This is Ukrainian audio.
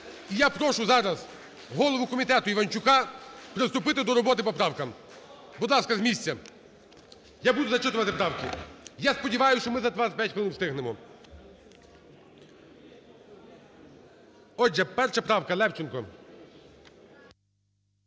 я прошу зараз голову комітету Іванчука приступити до роботи по правкам. Будь ласка, з місця. Я буду зачитувати правки. Я сподіваюся, що ми за 25 хвилин встигнемо. Отже, 1 правка. Левченко.